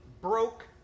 broke